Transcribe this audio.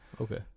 okay